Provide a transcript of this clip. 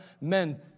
men